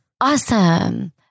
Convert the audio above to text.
awesome